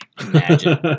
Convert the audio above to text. Imagine